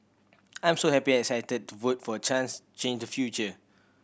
I'm so happy and excited to vote for a chance change the future